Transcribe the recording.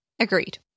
Agreed